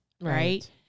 Right